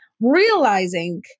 realizing